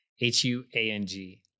H-U-A-N-G